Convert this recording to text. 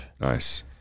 Nice